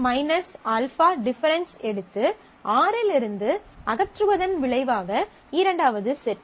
β α difference எடுத்து R லிருந்து அகற்றுவதின் விளைவாக இரண்டாவது செட்